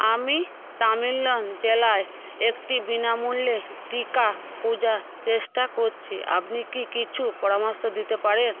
আমি তামেংলং জেলায় একটি বিনামূল্যের টিকা খোঁজার চেষ্টা করছি আপনি কি কিছু পরামর্শ দিতে পারেন